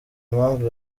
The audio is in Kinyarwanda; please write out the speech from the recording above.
impamvu